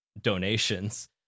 donations